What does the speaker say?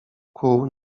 kół